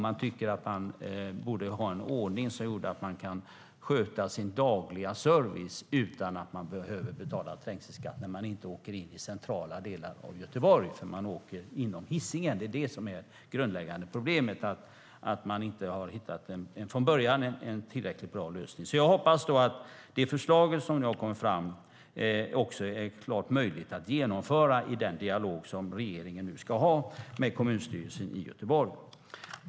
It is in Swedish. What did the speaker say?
De tycker att det borde finnas en ordning som gör att de kan sköta sin dagliga service utan att behöva betala trängselskatt eftersom de inte åker in till centrala delar av Göteborg. De åker inom Hisingen. Det grundläggande problemet är att man inte från början har hittat en tillräckligt bra lösning. Jag hoppas att de förslag som har lagts fram är genomförbara i den dialog som regeringen ska ha med kommunstyrelsen i Göteborg.